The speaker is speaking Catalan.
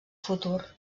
futur